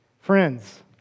Friends